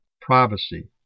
privacy